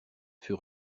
fut